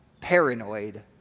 paranoid